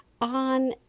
on